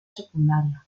secundaria